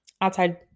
outside